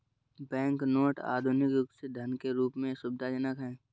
bank note आधुनिक युग में धन के रूप में सुविधाजनक हैं